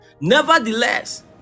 Nevertheless